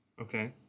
Okay